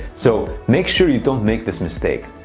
so make sure you don't make this mistake.